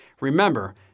Remember